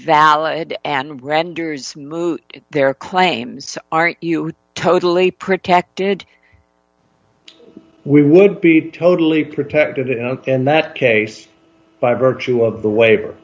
valid and renders moot their claims are you totally protected we would be totally protected in that case by virtue of the wa